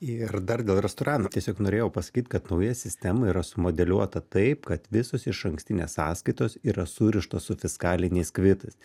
ir dar dėl restoranų tiesiog norėjau pasakyt kad nauja sistema yra sumodeliuota taip kad visos išankstinės sąskaitos yra surištos su fiskaliniais kvitais